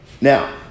Now